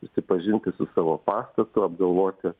susipažinti su savo pastatu apgalvoti